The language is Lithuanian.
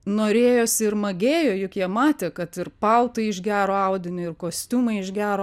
norėjosi ir magėjo juk jie matė kad ir paltai iš gero audinio ir kostiumai iš gero